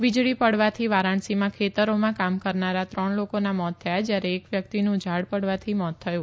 વીજળી પડવાથી વારાણસીમાં ખેતરોમાં કામ કરનારા ત્રણ લોકોના મોત થયા જ્યારે એક વ્યક્તિનું ઝાડ પડવાથી મોત થયું